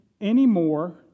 anymore